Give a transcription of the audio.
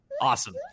awesome